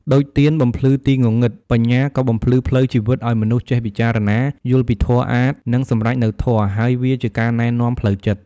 ដូចទៀនបំភ្លឺទីងងឹត បញ្ញាក៏បំភ្លឺផ្លូវជីវិតឲ្យមនុស្សចេះពិចារណា យល់ពីធម៌អាថ៌ និងសម្រេចនូវធម៌ ហើយវាជា ការណែនាំផ្លូវចិត្ត។